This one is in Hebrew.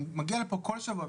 אני מגיע לכאן בכל שבוע,